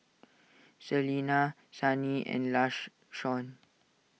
Celina Sunny and